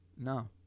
No